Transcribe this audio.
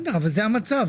בסדר, אבל זה המצב.